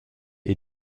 est